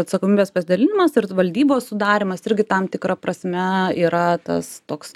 atsakomybės pasidalinimas ir valdybos sudarymas irgi tam tikra prasme yra tas toks